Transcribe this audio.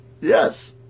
Yes